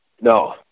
No